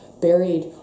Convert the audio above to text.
buried